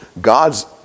God's